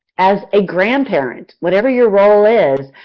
as a grandparent, whatever your role is,